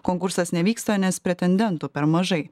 konkursas nevyksta nes pretendentų per mažai